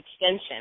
extension